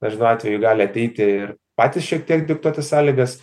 dažnu atveju gali ateiti ir patys šiek tiek diktuoti sąlygas